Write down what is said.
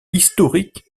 historiques